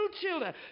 children